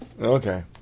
Okay